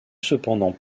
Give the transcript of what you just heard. cependant